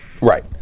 Right